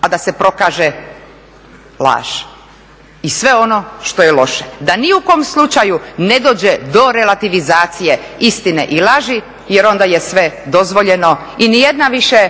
a da se prokaže laž i sve ono što je loše, da ni u kom slučaju ne dođe do relativizacije istine i laži jer onda je sve dozvoljeno i nijedna više